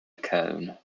cone